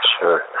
Sure